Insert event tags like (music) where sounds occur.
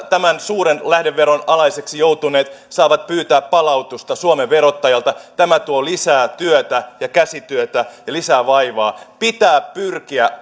(unintelligible) tämän suuren lähdeveron alaiseksi joutuneet saavat pyytää palautusta suomen verottajalta tämä tuo lisää työtä ja käsityötä ja lisää vaivaa pitää pyrkiä (unintelligible)